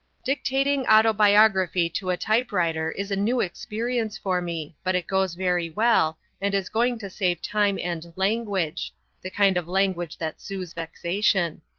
dictating autobiography to a typewriter is a new experience for me, but it goes very well, and is going to save time and language the kind of language that soothes vexation.